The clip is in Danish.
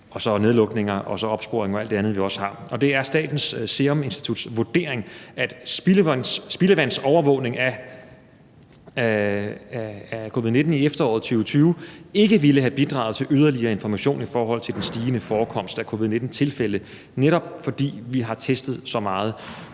og så nedlukninger og opsporing og alt andet, vi også har – og det er Statens Serum Instituts vurdering, at spildevandsovervågning af covid-19 i efteråret 2020 ikke ville have bidraget til yderligere information i forhold til den stigende forekomst af covid-19-tilfælde, netop fordi vi har testet så meget.